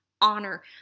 honor